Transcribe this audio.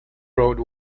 road